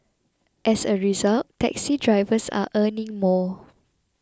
as a result taxi drivers are earning more